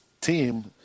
team